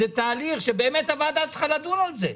זה תהליך שבאמת הוועדה צריכה לדון על זה.